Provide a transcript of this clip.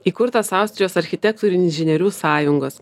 įkurtas austrijos architektų ir inžinierių sąjungos